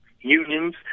unions